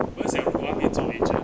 我要想我要给做 major